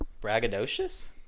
braggadocious